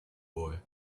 boy